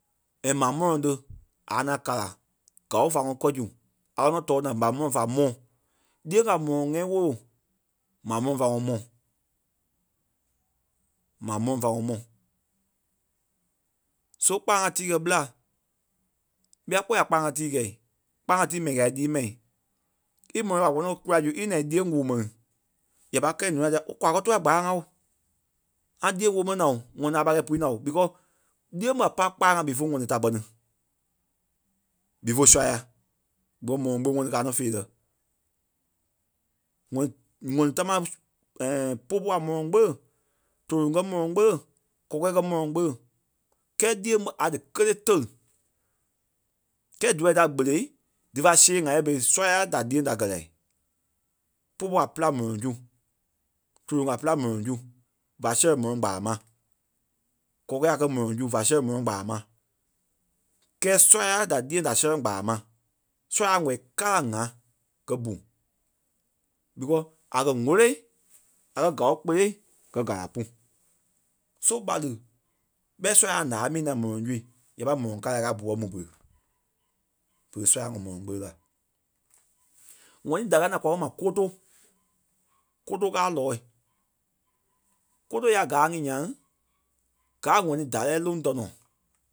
And ma mɔlɔŋ ti a ŋaŋ kala gao fá ŋɔnɔ kɛ̀ zu a kɛ̀ nɔ́ tóo naa m̀á mɔlɔŋ fá mɔ́. Lîyaŋ a mɔlɔŋ ŋɛ́i wolo maa mɔlɔŋ fá ŋɔnɔ mɔ̀. Maa mɔlɔŋ fá ŋɔnɔ mɔ̀. So kpâlaŋ ŋa tii kɛ́ ɓela. ɓîa kpɔ́ ya kpâlaŋ ŋa tii kɛi, kpâlaŋ tii mɛni ka í lîi ma. Ímɔlɔŋ a pai kpɔnɔ kula zu í lí naa í lîyaŋ wòo mɛni a pai kɛi nûa dia ooo kwa kɛ̀ tua kpâlaŋ ooo. ŋa lîyaŋ woo mɛni naa ooo ŋɔni a pâi kɛi pui naa because lîyaŋ ɓa pai kpâlaŋ ŋa before ŋɔni ta kpɛni. Before sɔ́ya. Gbɔmɔ ɓó mɛni kaa nɔ feerɛ. ŋɔni- ŋɔni tamaa popo a mɔlɔŋ kpele tóloŋ kɛ mɔloŋ kpele, kɔkɛ̂ɛ kɛ mɔlɔŋ kpele. Kɛɛ lîyaŋ ɓé a díkelee téli. Kɛɛ díwɔi da kpele dífa see ŋa yɛ berei sɔ́ya da lîyaŋ da gɛ́ lai. Popo a pîlaŋ mɔlɔŋ su, tóloŋ a pîlaŋ mɔlɔŋ su va sɛlɛŋ mɔlɔŋ gbaa ma. Kɔkɛ̂ɛ a kɛ̀ mɔlɔŋ su va sɛlɛŋ mɔlɔŋ gbaa ma. Kɛɛ sɔ́ya da lîyaŋ da sɛlɛŋ gbaa ma. Sɔ́ya a wɔ̀ a kaa ŋa gɛ́ bu. Beccause a kɛ̀ woloi a kɛ̀ kao kpele gɛ́ gala pu. So ɓa lí ɓɛi sɔ́ya a laa mii naa mɔlɔŋ su ya pai mɔlɔŋ kala gaa bui mu pere. Berei ɓé sɔ́ya a wɔ̀ mɔlɔŋ kpele la. ŋ̀ɔnii da káa naa kwa ma kóto. Kóto káa lɔɔ̂i. Kóto ya gáa ŋí nyaŋ gaa a ŋɔni dárei loŋ tɔnɔ